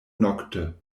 nokte